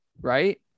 Right